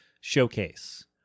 showcase